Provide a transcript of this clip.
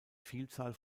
vielzahl